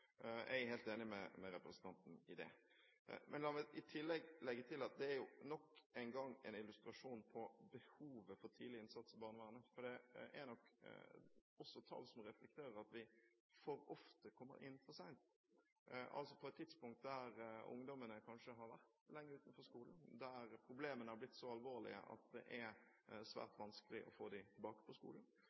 Jeg er helt enig med representanten i det. La meg i tillegg legge til at det nok en gang er en illustrasjon på behovet for tidlig innsats i barnevernet, for det er nok også tall som reflekterer at vi for ofte kommer inn for sent – altså på et tidspunkt der ungdommene kanskje har vært lenge utenfor skolen, der problemene har blitt så alvorlige at det er svært vanskelig å få dem tilbake på skolen.